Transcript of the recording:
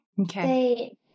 Okay